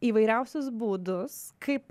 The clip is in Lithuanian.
įvairiausius būdus kaip